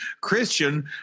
Christian